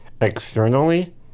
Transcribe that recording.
externally